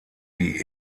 die